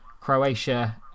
Croatia